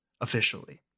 officially